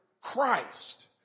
Christ